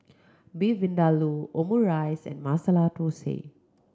Beef Vindaloo Omurice and Masala Dosa